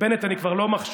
את בנט אני כבר לא מחשיב,